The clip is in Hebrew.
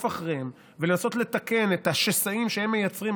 אחריהם ולנסות לתקן את השסעים שהם מייצרים,